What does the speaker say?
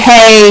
Hey